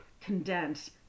condense